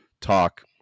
talk